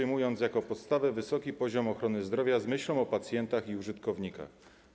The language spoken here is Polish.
Jako podstawę przyjęto wysoki poziom ochrony zdrowia z myślą o pacjentach i użytkownikach.